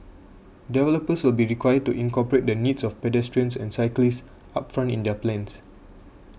developers will be required to incorporate the needs of pedestrians and cyclists upfront in their plans